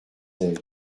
elle